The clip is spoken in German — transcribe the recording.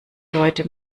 leute